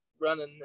running